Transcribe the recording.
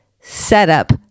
setup